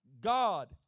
God